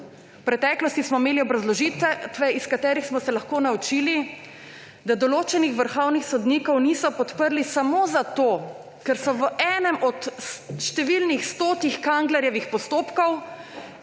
V preteklosti smo imeli obrazložitve, iz katerih smo se lahko naučili, da določenih vrhovnih sodnikov niso podprli samo zato, ker so v enem od številnih stotih Kanglerjevih postopkov,